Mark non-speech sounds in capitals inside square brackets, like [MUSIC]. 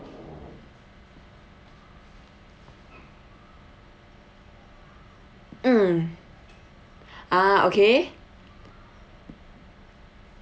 mm [BREATH] ah okay